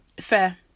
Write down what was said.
fair